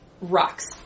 rocks